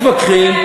מתווכחים,